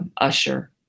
usher